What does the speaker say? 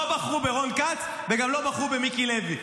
לא בחרו ברון כץ וגם לא בחרו במיקי לוי.